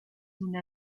una